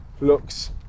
looks